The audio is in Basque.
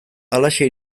halaxe